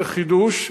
זה חידוש,